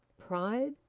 pride?